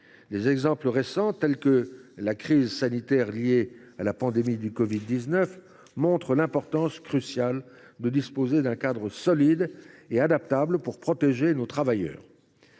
Des exemples récents, telle la crise sanitaire liée à la pandémie de covid 19, montrent l’importance cruciale de disposer d’un cadre solide et adaptable pour protéger nos travailleurs.